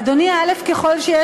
אדוני, א.